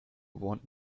want